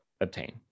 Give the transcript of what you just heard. obtain